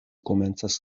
komencas